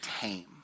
tame